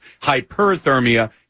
hyperthermia